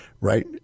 right